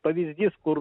pavyzdys kur